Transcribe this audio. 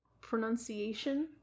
pronunciation